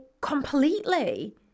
completely